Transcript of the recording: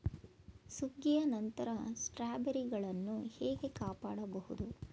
ಸುಗ್ಗಿಯ ನಂತರ ಸ್ಟ್ರಾಬೆರಿಗಳನ್ನು ಹೇಗೆ ಕಾಪಾಡ ಬಹುದು?